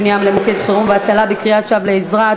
פנייה למוקד חירום והצלה בקריאת שווא לעזרה),